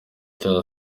cya